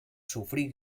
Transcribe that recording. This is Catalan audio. sofrir